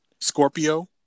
Scorpio